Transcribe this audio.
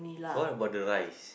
what about the rice